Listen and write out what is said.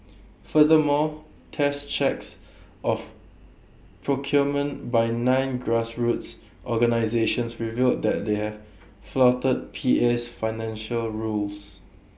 furthermore test checks of procurement by nine grassroots organisations revealed that they have flouted P A's financial rules